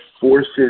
forces